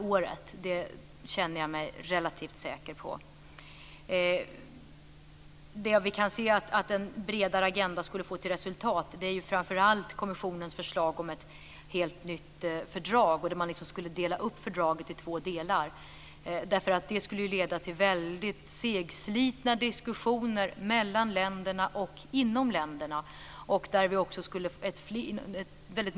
Det känner jag mig relativt säker på. Resultaten av en bredare agenda handlar framför allt om kommissionens förslag om ett helt nytt fördrag - att man skulle dela upp fördraget i två delar. Detta skulle leda till väldigt segslitna diskussioner mellan och inom länderna.